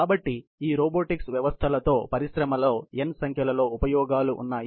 కాబట్టి ఈ రోబోటిక్స్ వ్యవస్థల తో పరిశ్రమలో n సంఖ్యలో ఉపయోగాలు ఉన్నాయి